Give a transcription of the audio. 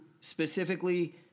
specifically